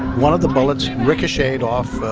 one of the bullets ricocheted off,